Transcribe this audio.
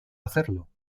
hacerlo